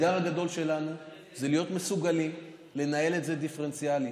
זה להיות מסוגלים לנהל את זה דיפרנציאלית.